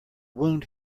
wound